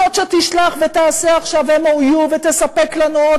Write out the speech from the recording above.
זאת שתשלח ותעשה עכשיו MOU ותספק לנו עוד